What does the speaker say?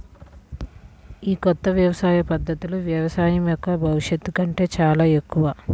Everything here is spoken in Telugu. ఈ కొత్త వ్యవసాయ పద్ధతులు వ్యవసాయం యొక్క భవిష్యత్తు కంటే చాలా ఎక్కువ